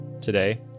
today